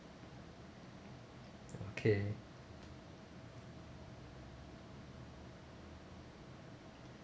okay